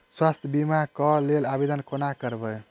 स्वास्थ्य बीमा कऽ लेल आवेदन कोना करबै?